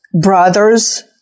brothers